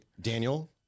Daniel